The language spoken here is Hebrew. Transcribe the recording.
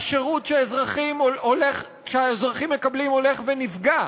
השירות שהאזרחים מקבלים הולך ונפגע.